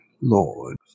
Lord